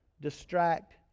distract